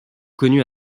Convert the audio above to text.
connus